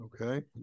okay